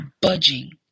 budging